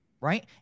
right